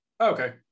okay